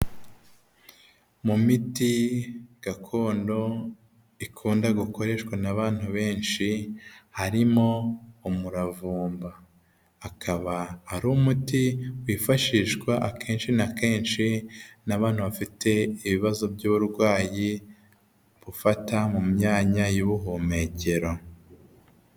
Mu miti gakondo ikunda gukoreshwa n'abantu benshi harimo umuravumba akaba ari umuti wifashishwa akenshi na kenshi n'abantu bafite ibibazo by'uburwayi bufata mu myanya y'ubuhumekero.